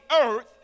earth